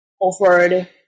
offered